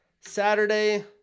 Saturday